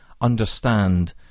understand